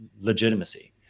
legitimacy